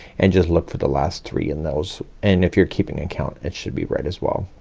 and just look for the last three, and those, and if you're keeping a count, it should be right as well.